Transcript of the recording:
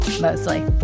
mostly